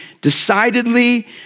decidedly